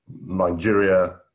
Nigeria